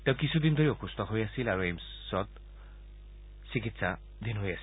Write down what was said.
তেওঁ কিছুদিন ধৰি অসুস্থ হৈ আছিল আৰু এইমছত চিকিৎসা লৈ আছিল